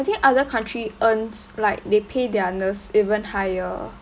I think other country earns like they pay their nurse even higher